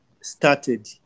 started